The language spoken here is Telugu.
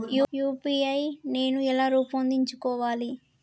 యూ.పీ.ఐ నేను ఎలా రూపొందించుకోవాలి?